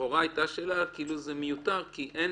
לכאורה עלתה שאלה כאילו זה מיותר כי אין